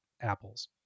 apples